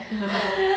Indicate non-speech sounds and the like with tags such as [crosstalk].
[laughs]